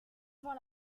avant